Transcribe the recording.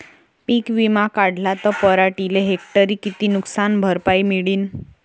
पीक विमा काढला त पराटीले हेक्टरी किती नुकसान भरपाई मिळीनं?